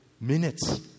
minutes